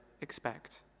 expect